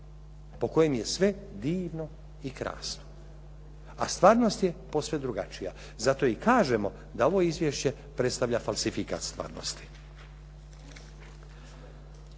po kojem je sve divno i krasno, a stvarnost je posve drugačija. Zato i kažemo da ovo izvješće predstavlja falsifikat stvarnosti.